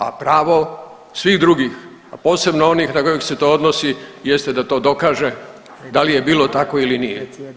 A pravo svih drugih, a posebno onih na kojeg se to odnosi jete da to dokaže da li je bilo tako ili nije.